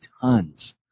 tons